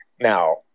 Now